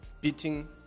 beating